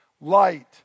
light